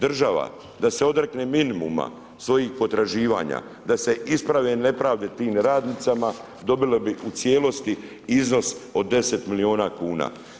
Država da se odrekne minimuma svojih potraživanja, da se isprave nepravde tim radnicama dobile bi u cijelosti iznos od 10 milijuna kuna.